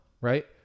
Right